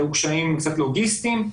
היו קשיים קצת לוגיסטיים.